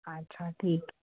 अच्छा ठीक आहे